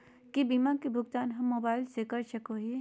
की बीमा के भुगतान हम मोबाइल से कर सको हियै?